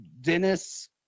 Dennis